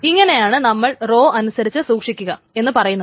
ഇതിനെയാണ് നമ്മൾ റോ അനുസരിച്ച് സൂക്ഷിക്കുക എന്നു പറയുന്നത്